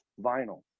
vinyl